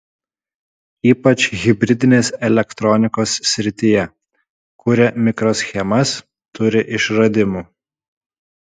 ypač hibridinės elektronikos srityje kuria mikroschemas turi išradimų